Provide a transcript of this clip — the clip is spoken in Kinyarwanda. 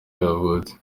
yavutse